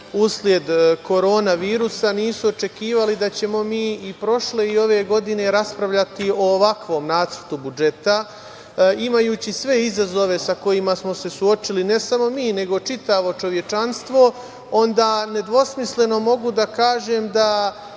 usled korona virusa, nisu očekivali da ćemo mi i prošle i ove godine raspravljati o ovakvom nacrtu budžeta. Imajući sve izazove sa kojima smo se suočili, ne samo mi, nego čitavo čovečanstvo, onda nedvosmisleno mogu da kažem da